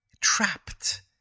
trapped